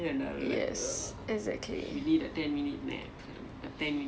ya